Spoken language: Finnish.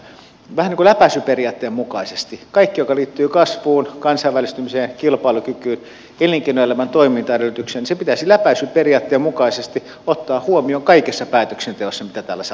vähän niin kuin läpäisyperiaatteen mukaisesti kaikki joka liittyy kasvuun kansainvälistymiseen kilpailukykyyn elinkeinoelämän toimintaedellytyksiin pitäisi ottaa huomioon kaikessa päätöksenteossa mitä täällä salissa käydään